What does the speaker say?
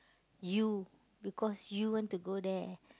you because you want to go there